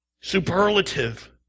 Superlative